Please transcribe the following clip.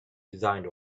designed